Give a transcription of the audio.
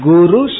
Guru